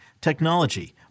technology